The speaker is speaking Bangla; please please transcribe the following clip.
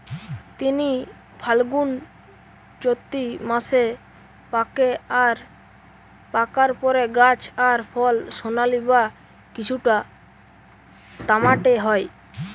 তিসি ফাল্গুনচোত্তি মাসে পাকে আর পাকার পরে গাছ আর ফল সোনালী বা কিছুটা তামাটে হয়